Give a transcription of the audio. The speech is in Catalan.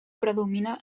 predomina